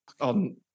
on